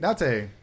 Nate